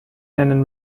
nennen